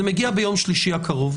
זה מגיע ביום שלישי הקרוב.